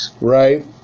right